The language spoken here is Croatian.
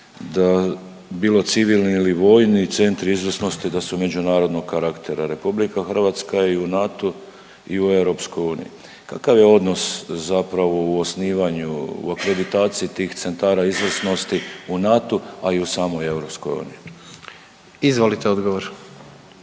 da bilo civilni ili vojni centri izvrsnosti da su međunarodnog karaktera. RH je u NATO-u i EU. Kakav je odnos zapravo u osnivanju, u akreditaciji tih centara izvrsnosti u NATO, a i u samoj EU? **Jandroković,